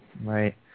right